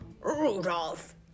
Rudolph